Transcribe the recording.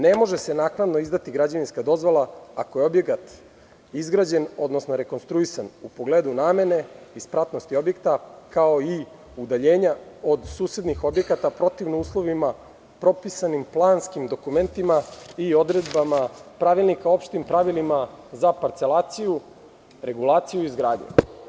Ne može se naknadno izdati građevinska dozvola ako je objekat izgrađen, odnosno rekonstruisan u pogledu namene i spratnosti objekta, kao i udaljenja od susednih objekata protivno uslovima propisanim planskim dokumentima i odredbama Pravilnika o opštim pravilima za parcelaciju, regulaciju i izgradnju.